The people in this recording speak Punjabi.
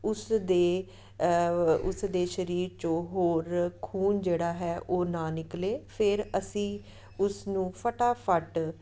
ਉਸ ਦੇ ਉਸ ਦੇ ਸਰੀਰ ਚੋਂ ਹੋਰ ਖੂਨ ਜਿਹੜਾ ਹੈ ਉਹ ਨਾ ਨਿਕਲੇ ਫਿਰ ਅਸੀਂ ਉਸਨੂੰ ਫਟਾਫਟ